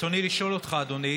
ברצוני לשאול אותך, אדוני: